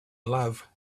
love